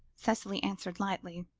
cicely answered lightly.